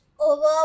over